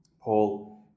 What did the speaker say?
Paul